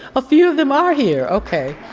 a few of them are here, okay.